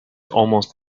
almost